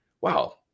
Wow